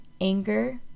anger